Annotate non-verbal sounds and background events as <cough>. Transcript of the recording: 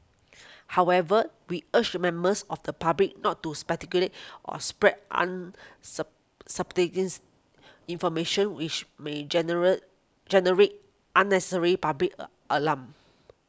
however we urge members of the public not to speculate or spread an <unintelligible> information which may general generate unnecessary public <hesitation> alarm